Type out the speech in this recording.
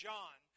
John